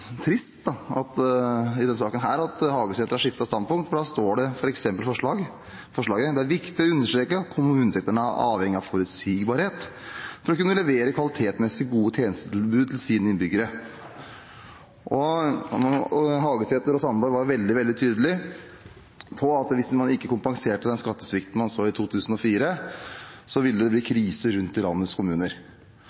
trist at Hagesæter har skiftet standpunkt i denne saken, for her står det bl.a. i forslaget: «Det er viktig å understreke at kommunesektoren er avhengig av forutsigbarhet for å kunne levere kvalitetsmessig gode tjenestetilbud til sine innbyggere.» Hagesæter og Sandberg var veldig tydelige på at hvis man ikke kompenserte den skattesvikten man så i 2004, ville det bli